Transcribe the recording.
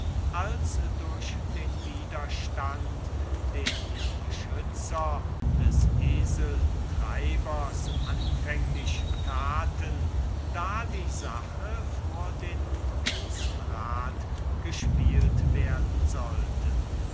als durch den widerstand den die beschützer des eseltreibers anfänglich taten da die sache vor den großen rat gespielt werden sollte